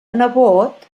nebot